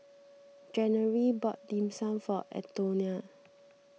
January bought Dim Sum for Antonia